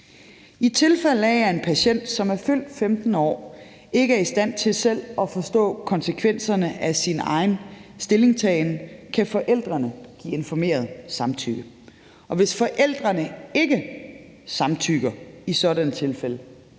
I tilfælde af en patient, som er fyldt 15 år, ikke er i stand til selv at forstå konsekvenserne af sin egen stillingtagen, kan forældrene give et informeret samtykke, og hvis forældrene i sådanne tilfælde